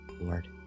Lord